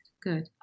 good